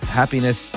happiness